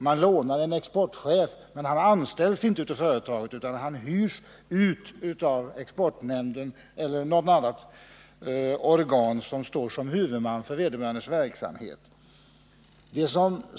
Man kan låna en exportchef, som alltså inte anställs av företaget utan hyrs ut av exportnämnden eller något annat organ, som står som huvudman för vederbörandes verksamhet.